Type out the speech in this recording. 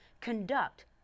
conduct